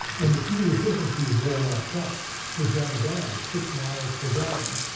and the fuel efficiency of walmart trucks was rather bad, six miles per gallon.